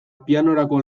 pianorako